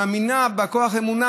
שמאמינה בכוח האמונה,